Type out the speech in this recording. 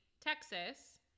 Texas